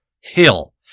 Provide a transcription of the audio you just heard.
hill